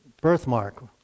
birthmark